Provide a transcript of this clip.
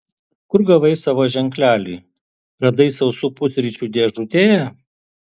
kur gavai savo ženklelį radai sausų pusryčių dėžutėje